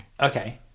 Okay